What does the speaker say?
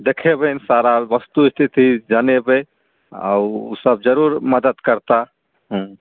देखेबनि सारा वस्तुस्थिति जनेबै आ ओ सभ जरुर मदद करताह हुँ